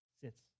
sits